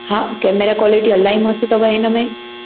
हा camera quality इलाही मस्तु अथव इनमें